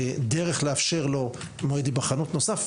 דרך לאפשר לסטודנט מועד היבחנות נוסף,